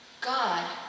God